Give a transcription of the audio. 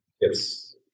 Yes